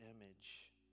image